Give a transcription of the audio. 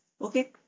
Okay